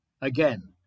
Again